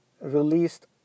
released